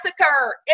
massacre